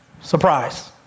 Surprise